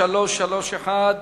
אין מתנגדים ואין נמנעים.